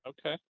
Okay